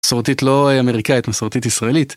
מסורתית לא אמריקאית, מסורתית ישראלית.